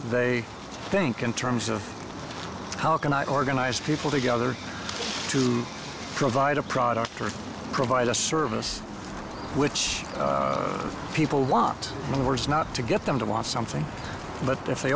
they think in terms of how can i organize people together to provide a product or provide a service which people want the worst not to get them to want something but if they